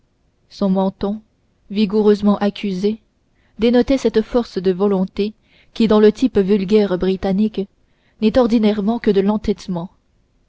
son menton vigoureusement accusé dénotait cette force de volonté qui dans le type vulgaire britannique n'est ordinairement que de l'entêtement